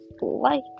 light